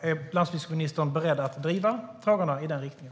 Är landsbygdsministern beredd att driva frågorna i den riktningen?